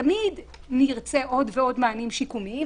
תמיד נרצה עוד ועוד מענים שיקומיים,